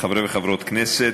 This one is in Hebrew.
חברי וחברות כנסת,